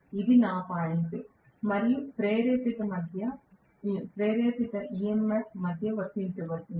ఇది ఈ పాయింట్ మరియు ప్రేరేపిత EMF మధ్య వర్తించబడుతుంది